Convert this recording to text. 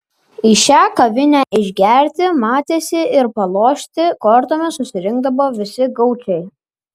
į šią kavinę išgerti matėsi ir palošti kortomis susirinkdavo visi gaučai